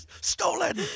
Stolen